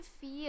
feel